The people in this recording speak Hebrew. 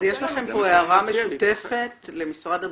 אז יש לכם פה הערה משותפת למשרד הבריאות,